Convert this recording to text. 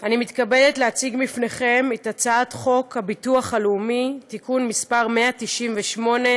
אני מתכבדת להציג לפניכם את הצעת חוק הביטוח הלאומי (תיקון מס' 198),